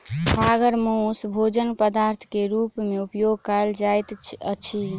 छागरक मौस भोजन पदार्थ के रूप में उपयोग कयल जाइत अछि